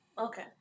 Okay